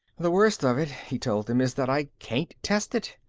the worst of it, he told them, is that i can't test it.